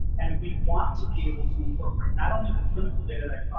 and we want to be able to incorporate not only the clinical data